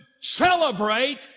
celebrate